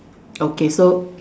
okay so